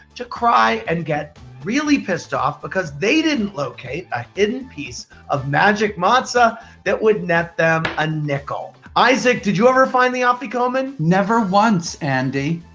to cry and get really pissed off because they didn't locate a hidden piece of magic matzah that would net them a nickel. isaac, did you ever find the afikoman? never once, andy.